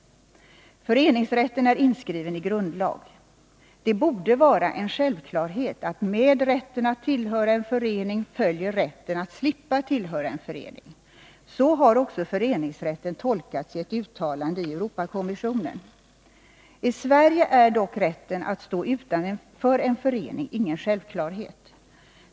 Föreningsrätten är inskriven i grundlag. Det borde vara en självklarhet att med rätten att tillhöra en förening följer rätten att slippa tillhöra en förening. Så har också föreningsrätten tolkats i ett uttalande av Europakommissionen. I Sverige är dock rätten att stå utanför en förening ingen självklarhet.